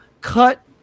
cut